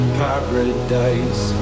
paradise